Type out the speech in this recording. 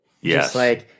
Yes